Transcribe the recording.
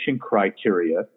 criteria